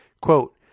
Quote